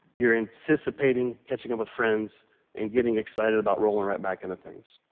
you're anticipating catching up with friends and getting excited about rolling right back into things.